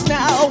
now